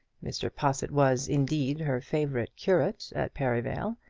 mr. possitt was, indeed, her favourite curate at perivale,